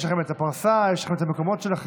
יש לכם את הפרסה, יש לך את המקומות שלכם.